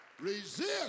Resist